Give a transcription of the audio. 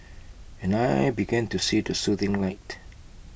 and I began to see the soothing light